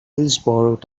hillsborough